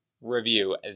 review